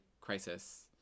crisis